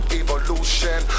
evolution